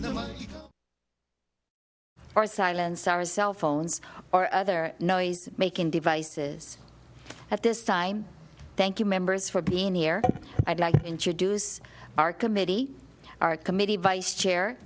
or silence our cell phones or other noise making devices at this time thank you members for being here i'd like to introduce our committee our committee vice chair